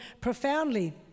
profoundly